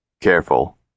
Careful